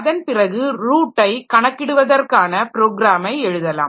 அதன்பிறகு ரூட்டை கணக்கிடுவதற்கான ப்ரோக்ராமை எழுதலாம்